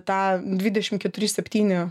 tą dvidešim keturi septyni